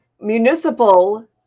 municipal